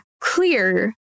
clear